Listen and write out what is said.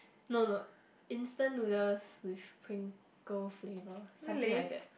no no instant noodles with Pringles flavour something like that